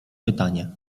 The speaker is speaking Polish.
pytanie